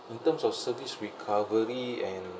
in terms of service recovery and